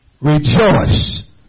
rejoice